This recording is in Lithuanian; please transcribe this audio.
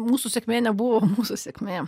mūsų sėkmė nebuvo mūsų sėkmė